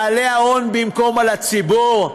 על בעלי ההון במקום על הציבור?